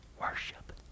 worship